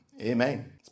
Amen